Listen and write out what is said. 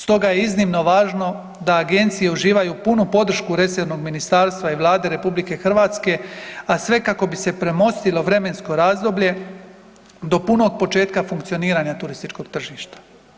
Stoga je iznimno važno da agencije uživaju punu podršku resornog ministarstva i Vlade RH, a sve kako bi se premostilo vremensko razdoblje do punog početka funkcioniranja turističkog tržišta.